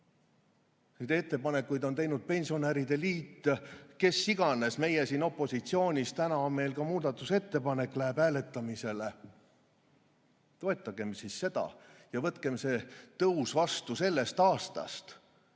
Ettepanekuid on teinud pensionäride liit, kes iganes, meie siin opositsioonis, täna on meil ka muudatusettepanek, mis läheb hääletamisele. Toetagem seda ja võtkem see tõus vastu sellest aastast!